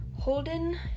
Holden